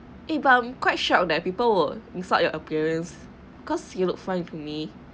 eh but I'm quite shock that people will insult your appearance cause you look fine to me